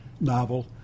novel